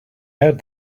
heard